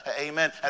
Amen